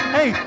Hey